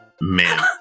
Man